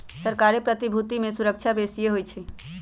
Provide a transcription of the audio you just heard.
सरकारी प्रतिभूति में सूरक्षा बेशिए होइ छइ